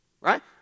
Right